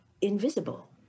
invisible